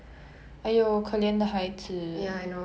why were we on the topic of that I forgot